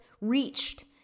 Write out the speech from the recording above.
reached